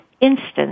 instant